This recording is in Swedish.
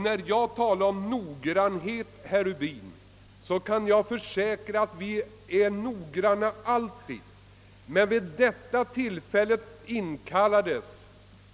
När jag talar om noggrannhet, herr Rubin, kan jag försäkra att vi i utskottet alltid är noggranna.